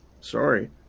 Sorry